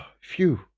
phew